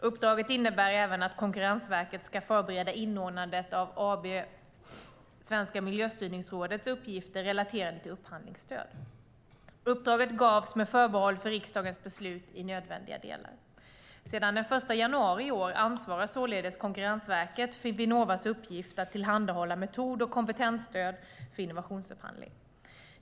Uppdraget innebär även att Konkurrensverket ska förbereda inordnandet av AB Svenska Miljöstyrningsrådets uppgifter relaterade till upphandlingsstöd. Uppdraget gavs med förbehåll för riksdagens beslut i nödvändiga delar. Sedan den 1 januari i år ansvarar således Konkurrensverket för Vinnovas uppgift att tillhandahålla metod och kompetensstöd för innovationsupphandling.